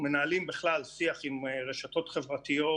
אנחנו מנהלים בכלל שיח עם רשתות חברתיות